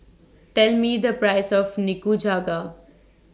Tell Me The Price of Nikujaga